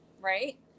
right